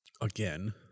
again